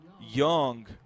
Young